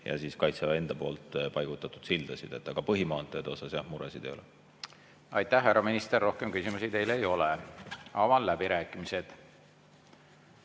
ja Kaitseväe enda paigutatud sildasid. Aga põhimaanteede osas, jah, muresid ei ole. Aitäh, härra minister! Rohkem küsimusi teile ei ole. Avan läbirääkimised.